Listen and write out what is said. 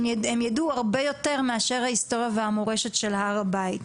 הם ידעו הרבה יותר מאשר ההיסטוריה והמורשת של הר הבית.